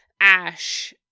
Ash